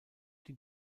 die